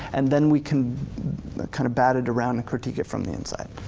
and then we can kind of bat it around and critique it from the inside,